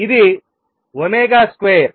ఇది omega square